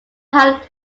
highly